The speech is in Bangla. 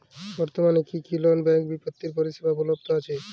বর্তমানে কী কী নন ব্যাঙ্ক বিত্তীয় পরিষেবা উপলব্ধ আছে?